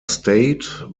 stayed